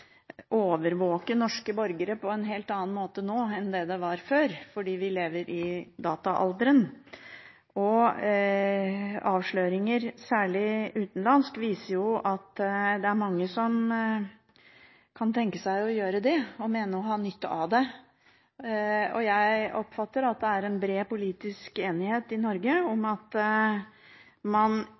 overvåke norske borgere på en helt annen måte nå enn det det var før, fordi vi lever i dataalderen, og avsløringer, særlig fra utlandet, viser jo at det er mange som kan tenke seg å gjøre det og mener å ha nytte av det. Jeg oppfatter at det er en bred politisk enighet i Norge om at man